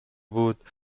بود